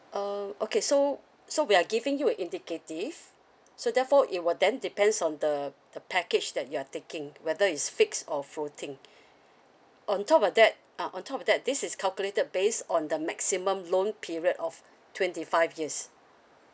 uh okay so so we are giving you a indicative so therefore it will then depends on the the package that you are taking whether is fixed or floating on top of that ah on top of that this is calculated based on the maximum loan period of twenty five years